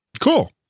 Cool